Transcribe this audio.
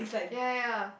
ya ya